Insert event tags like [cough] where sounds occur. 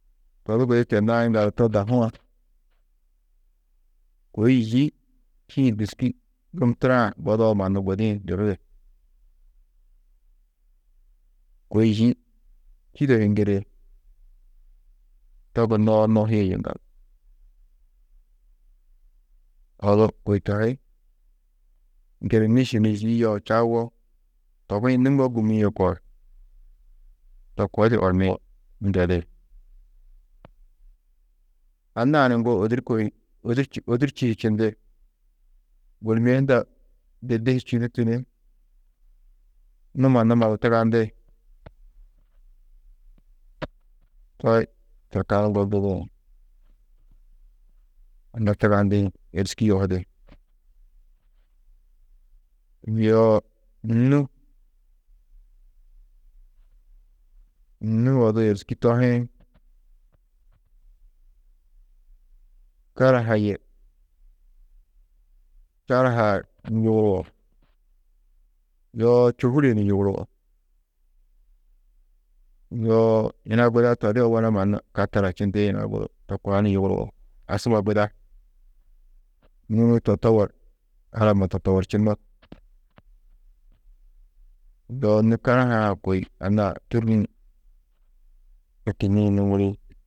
To di gudi tennãá yiŋgaldu to dahu-ã kôi yî čîĩ dûski kum turo-ã godoo mannu gudi-ĩ dururi, kôi yî čîde he ŋgiri, to gunnoó nohîe yiŋgaldu, odu kôi to hi ŋgiri nîšu ni yî yeu čawo, togi-ĩ numo gûmie kor to koo di ormi-ĩ ndedi. Anna-ã ni ŋgo ôdurko hi ôdurči, ôdurči hi čindi, bôlimie hunda diddi hi čûdutu ni numa, numa du tugandi, [noise] toi turkanu ŋgo gibi-ĩ. Ŋgo tugandĩ êriski yohudi, yoo nû, nû odu êriski tohĩ, karaha yê, karahaa yuguruwo, yo čôhure ni yuguruwo, yo yina guda to di owona mannu katara čindi, yina guru to koa ni yuguruwo, asuba guda, nû totowor, alamma totoworčunno, yo karaha-ã kôi anna-ã tûrriĩ to kînniĩ nûŋuri.